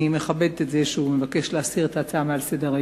אני מכבדת את זה שהוא מבקש להסיר את ההצעה מעל סדר-היום.